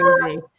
crazy